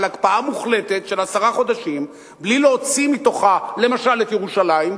על הקפאה מוחלטת של עשרה חודשים בלי להוציא מתוכה למשל את ירושלים,